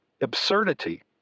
absurdity